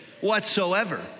whatsoever